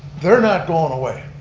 they're not going away,